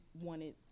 wanted